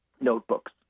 notebooks